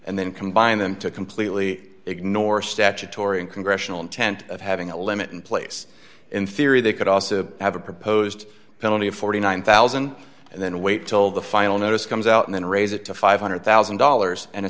and then combine them to completely ignore statutory and congressional intent of having a limit in place in theory they could also have a proposed penalty of forty nine thousand dollars and then wait till the final notice comes out and then raise it to five hundred thousand dollars and